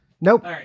Nope